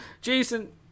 Jason